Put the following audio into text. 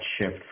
shift